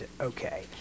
Okay